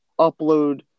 upload